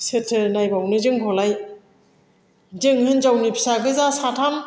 सोरथो नायबावनो जोंखौलाय जों हिन्जावनि फिसागोजा साथाम